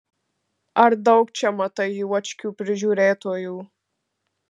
ar daug čia matai juočkių prižiūrėtojų